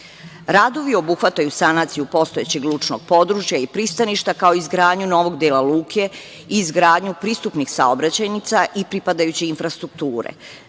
nameće. Radovi obuhvataju sanaciju postojećeg lučnog područja i pristaništa, kao i izgradnju novog dela luke, izgradnju pristupnih saobraćajnica i pripadajuće infrastrukture. Naime,